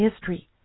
history